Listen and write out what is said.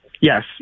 Yes